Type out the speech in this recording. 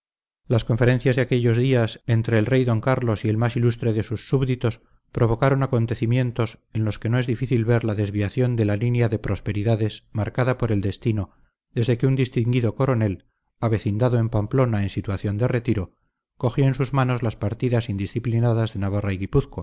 las conferencias de aquellos días entre el rey d carlos y el más ilustre de sus súbditos provocaron acontecimientos en los que no es difícil ver la desviación de la línea de prosperidades marcada por el destino desde que un distinguido coronel avecindado en pamplona en situación de retiro cogió en sus manos las partidas indisciplinadas de navarra